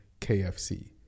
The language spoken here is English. KFC